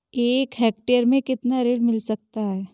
एक हेक्टेयर में कितना ऋण मिल सकता है?